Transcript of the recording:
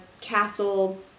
castle